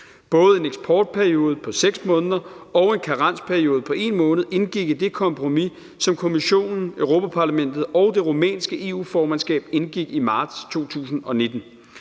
Både en eksportperiode på 6 måneder og en karensperiode på 1 måned indgik i det kompromis, som Kommissionen, Europa-Parlamentet og det rumænske EU-formandskab indgik i marts 2019,